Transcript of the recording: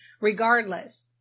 regardless